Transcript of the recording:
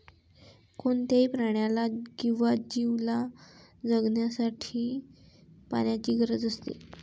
कोणत्याही प्राण्याला किंवा जीवला जगण्यासाठी पाण्याची गरज असते